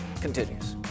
continues